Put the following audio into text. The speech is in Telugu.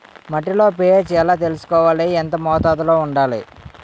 మట్టిలో పీ.హెచ్ ఎలా తెలుసుకోవాలి? ఎంత మోతాదులో వుండాలి?